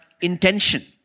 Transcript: intention